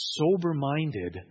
sober-minded